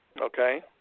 Okay